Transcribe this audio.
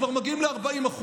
כבר מגיעים ל-40%.